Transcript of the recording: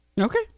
Okay